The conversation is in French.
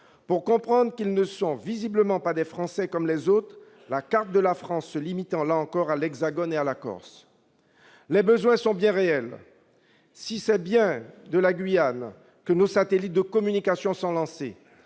pour comprendre qu'ils ne sont visiblement pas des Français comme les autres, la carte de la France se limitant, là encore, à l'Hexagone et à la Corse. Les besoins sont pourtant bien réels. Si c'est bien de la Guyane que nos satellites de communication sont lancés,